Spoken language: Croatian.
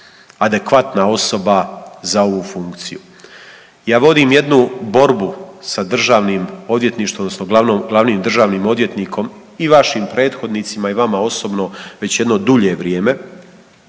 adekvatna osoba za ovu funkciju. Ja vodim jednu borbu sa državnim odvjetništvom odnosno glavnim državnim odvjetnikom i vašim prethodnicima i vama osobno već jedno dulje vrijeme